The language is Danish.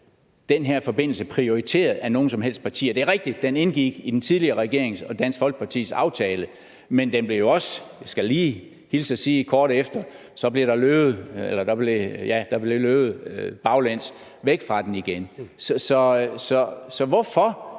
den her forbindelse prioriteret af nogen som helst partier. Det er rigtigt, at den indgik i den tidligere regering og Dansk Folkepartis aftale, men jeg skal da lige hilse at sige, at der også kort efter blev løbet baglæns væk fra den igen. Så hvorfor